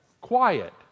quiet